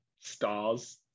stars